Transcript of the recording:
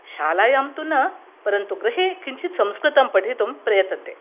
शालायां तु न परन्तु गृहे किञ्चित् संस्कृतं पठितुं प्रयतन्ते